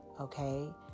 okay